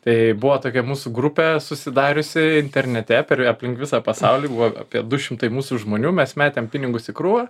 tai buvo tokia mūsų grupė susidariusi internete per aplink visą pasaulį buvo apie du šimtai mūsų žmonių mes metėm pinigus į krūvą